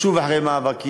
שוב אחרי מאבקים,